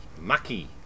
Mucky